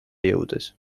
jõudes